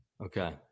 Okay